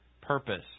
purpose